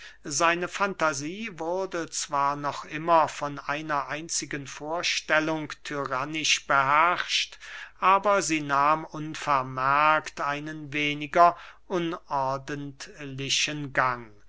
seine fantasie wurde zwar noch immer von einer einzigen vorstellung tyrannisch beherrscht aber sie nahm unvermerkt einen weniger unordentlichen gang